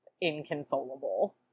inconsolable